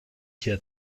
hier